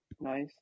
nice